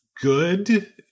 good